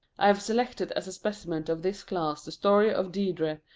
i have selected as a specimen of this class the story of deirdre,